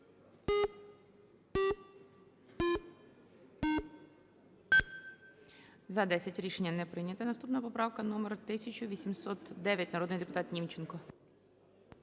За-10 Рішення не прийнято. Наступна поправка номер 1809. Народний депутат Німченко.